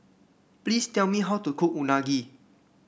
please tell me how to cook Unagi